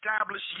establish